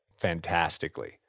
fantastically